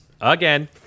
again